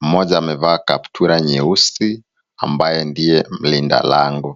Mmoja amevaa kaptura nyeusi ambaye ndiye mlinda lango.